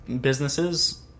businesses